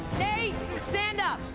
nate stand up.